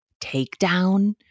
takedown